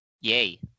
Yay